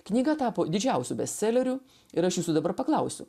knyga tapo didžiausiu bestseleriu ir aš jūsų dabar paklausiu